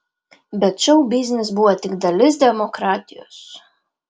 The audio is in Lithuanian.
bet šou biznis buvo tik dalis demokratijos